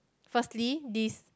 firstly this